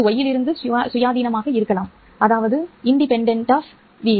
இது y இலிருந்து சுயாதீனமாக இருக்கலாம் சரி